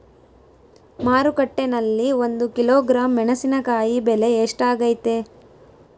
ಮಾರುಕಟ್ಟೆನಲ್ಲಿ ಒಂದು ಕಿಲೋಗ್ರಾಂ ಮೆಣಸಿನಕಾಯಿ ಬೆಲೆ ಎಷ್ಟಾಗೈತೆ?